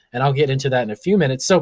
and i'll get into that in a few minutes. so,